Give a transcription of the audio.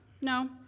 No